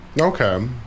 Okay